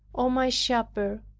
o my shepherd,